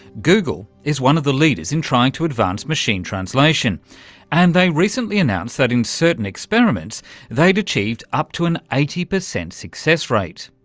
google is one the leaders in trying to advance machine translation and they recently announced that in certain experiments they'd achieved up to an eighty percent success rate.